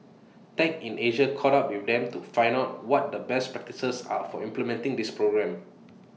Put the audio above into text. tech in Asia caught up with them to find out what the best practices are for implementing this program